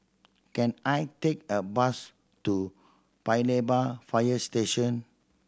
can I take a bus to Paya Lebar Fire Station